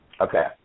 Okay